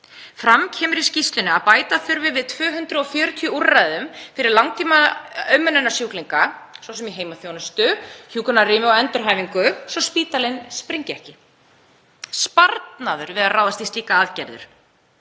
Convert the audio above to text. Fram kemur í skýrslunni að bæta þurfi við 240 úrræðum fyrir langtímaumönnunarsjúklinga, svo sem í heimaþjónustu, hjúkrunarrými og endurhæfingu, svo spítalinn springi ekki. Sparnaðurinn við að ráðast í slíkar aðgerðir,